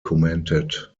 commented